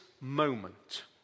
moment